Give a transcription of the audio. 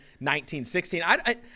19-16